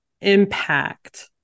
impact